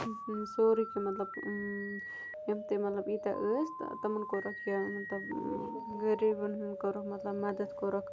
سورُے کینٛہہ مطلب یِم تہِ مطلب ییٖتیٛاہ ٲسۍ تہٕ تمَن کوٚرُکھ یہِ مطلب غریٖبَن ہُنٛد کوٚرُکھ مطلب مَدد کوٚرُکھ